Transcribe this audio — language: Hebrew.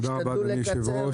תודה רבה, אדוני היושב-ראש.